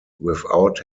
without